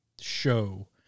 show